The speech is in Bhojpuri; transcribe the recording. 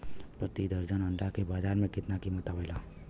प्रति दर्जन अंडा के बाजार मे कितना कीमत आवेला?